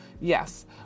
Yes